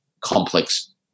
complex